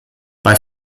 bei